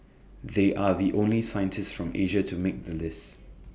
they are the only scientists from Asia to make the list